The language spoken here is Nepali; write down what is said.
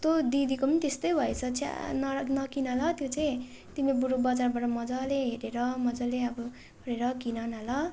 कस्तो दिदीको पनि त्यस्तै भएछ छ्याः न नकिन ल त्यो चाहिँ तिमी बरू बजारबाट मजाले हेरेर मजाले अब हेरेर किन न ल